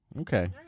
Okay